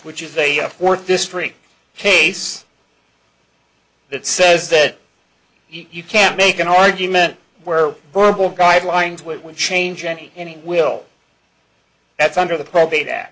which is a fourth district case that says that you can't make an argument where verbal guidelines will change any any will that's under the probate at